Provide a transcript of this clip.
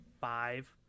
five